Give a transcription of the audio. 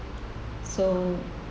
so